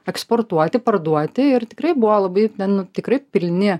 eksportuoti parduoti ir tikrai buvo labai ten tikrai pilni